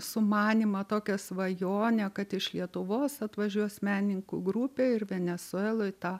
sumanymą tokią svajonę kad iš lietuvos atvažiuos menininkų grupė ir venesueloj tą